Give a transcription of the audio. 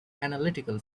analytical